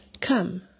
Come